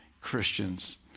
Christians